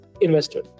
investor